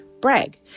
BRAG